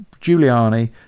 giuliani